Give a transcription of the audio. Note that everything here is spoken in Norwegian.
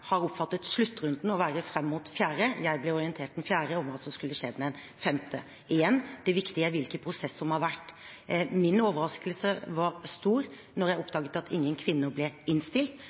har oppfattet sluttrunden å være fram mot den 4. mai. Jeg ble orientert den 4. mai om hva som skulle skje den 5. mai. Igjen – det viktige er hvilken prosess som har vært. Min overraskelse var stor da jeg oppdaget at ingen kvinner ble innstilt,